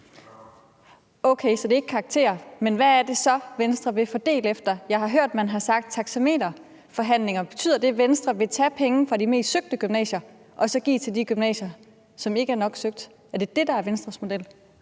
Okay, så det er ikke karakterer, men hvad er det så, Venstre vil fordele efter? Jeg har hørt, at man har sagt taxameterforhandlinger. Betyder det, at Venstre vil tage penge fra de mest søgte gymnasier og give dem til de gymnasier, som ikke er nok søgt? Er det det, der er Venstres model?